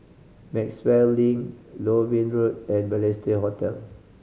Maxwell Link Loewen Road and Balestier Hotel